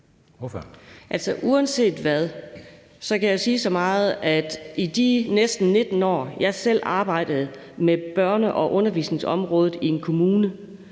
uanset hvad kan jeg sige så meget som, at fra de næsten 19 år, jeg selv arbejdede med børne- og undervisningsområdet i en kommune,